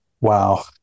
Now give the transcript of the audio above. wow